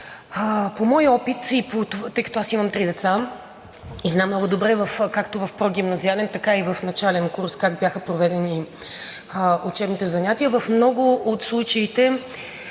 От моя опит, тъй като аз имам три деца и знам много добре както в прогимназиален, така и в начален курс как бяха проведени учебните занятия, в много от случаите